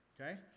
Okay